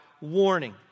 warning